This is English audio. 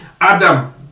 adam